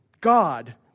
God